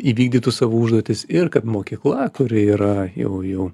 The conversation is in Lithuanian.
įvykdytų savo užduotis ir kad mokykla kuri yra jau jau